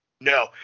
No